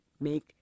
make